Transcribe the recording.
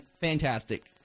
fantastic